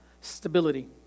stability